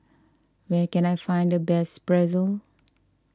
where can I find the best Pretzel